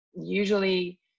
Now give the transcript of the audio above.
usually